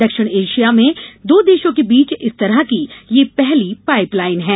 दक्षिण एशिया में दो देशों के बीच इस तरह की ये पहली पाइप लाइन है